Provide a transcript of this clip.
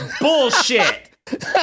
Bullshit